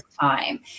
time